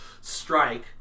strike